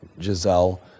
Giselle